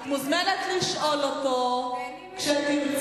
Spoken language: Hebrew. את מוזמנת לשאול אותו כשתרצי.